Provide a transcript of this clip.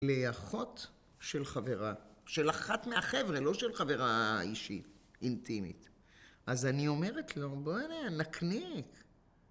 לאחות של חברה, של אחת מהחבר'ה, לא של חברה אישית אינטימית. אז אני אומרת לו, בוא'נה, נקניק.